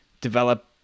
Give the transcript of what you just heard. develop